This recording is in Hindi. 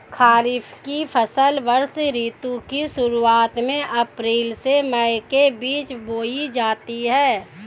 खरीफ की फसलें वर्षा ऋतु की शुरुआत में अप्रैल से मई के बीच बोई जाती हैं